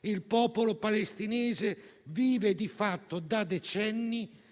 il popolo palestinese vive, di fatto, da decenni,